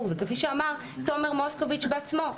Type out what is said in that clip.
וכפי שאמר תומר מוסקוביץ' בעצמו,